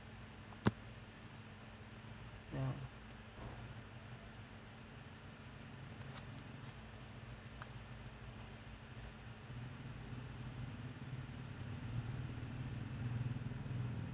ya